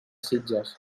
sitges